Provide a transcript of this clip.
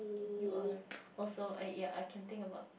you are also I ya I can think about